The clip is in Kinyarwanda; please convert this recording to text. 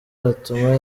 hatuma